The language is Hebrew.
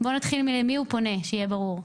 בואי נתחיל מלמי הוא פונה כדי שיהיה ברור.